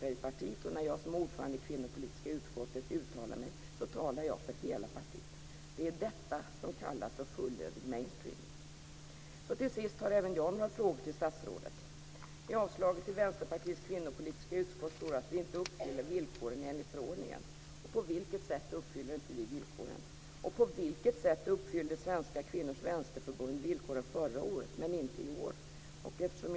Jag hoppas och utgår ifrån att de förslag som Inger Schörling kommer att presentera för mig och regeringen känns mera moderna och syftar till att verkligen skynda på det jämställdhetsarbete som pågår runt om i vårt samhälle och att det är förslag som vinner respekt i de organisationer som arbetar för jämställdhet, oavsett om det är kvinnoorganisationer, organisationer med män aktiva eller organisationer med både kvinnor och män.